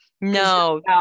No